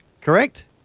correct